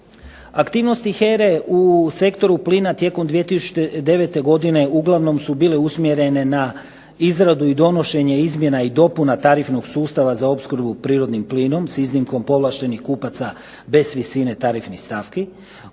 Aktivnosti HERE u sektoru plina tijekom 2009. godine uglavnom su bile usmjerene na izradu i donošenje izmjena i dopuna tarifnog sustava za opskrbu prirodnim plinom s iznimkom povlaštenih kupaca bez visine tarifnih stavki,